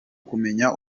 kumenya